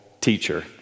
teacher